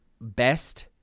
best